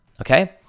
Okay